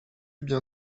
bien